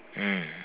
mm